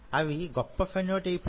అవి గొప్ప ఫెనో టైప్ లు